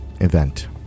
event